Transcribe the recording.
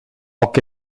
oche